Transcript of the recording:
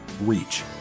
reach